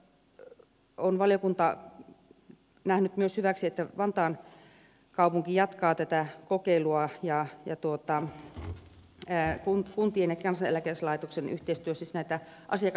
tässä on valiokunta nähnyt myös hyväksi että vantaan kaupunki jatkaa tätä kokeilua ja kuntien ja kansaneläkelaitoksen yhteistyössä näitten asiakasprosessien kehittämistä